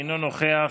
אינו נוכח,